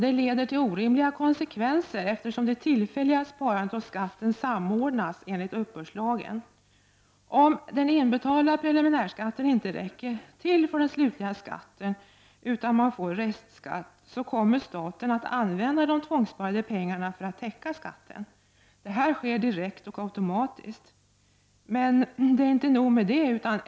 Det leder till orimliga konsekvenser, eftersom det tillfälliga sparandet och skatten samordnas enligt uppbördslagen. Om den inbetalda preliminärskatten inte räcker till för den slutliga skatten, utan man får restskatt, kommer staten att använda de tvångssparade pengarna för att täcka skatten. Det sker direkt och automatiskt. Men det är inte nog med det.